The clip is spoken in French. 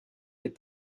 des